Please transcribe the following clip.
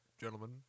gentlemen